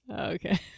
okay